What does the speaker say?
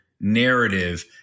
narrative